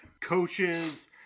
coaches